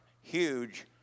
huge